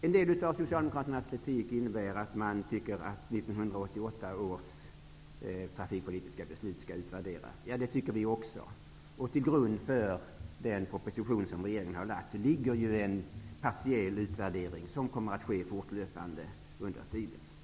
En del av Socialdemokraternas kritik innebär att de tycker att 1988 års trafikpolitiska beslut skall utvärderas. Ja, det tycker vi också. Till grund för den proposition som regeringen har lagt fram ligger ju en partiell utvärdering, som kommer att ske fortlöpande under tiden framöver.